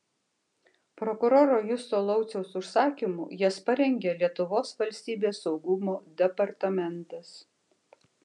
prokuroro justo lauciaus užsakymu jas parengė lietuvos valstybės saugumo departamentas